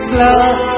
love